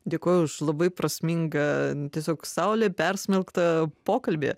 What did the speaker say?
dėkoju už labai prasmingą tiesiog saule persmelktą pokalbį